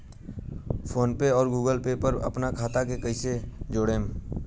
PhonePe या Google Pay पर अपना खाता के कईसे जोड़म?